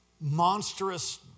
monstrous